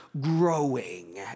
growing